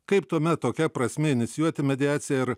kaip tuomet tokia prasmė inicijuoti mediaciją ir